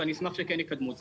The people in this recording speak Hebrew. ואני אשמח שיקדמו את זה.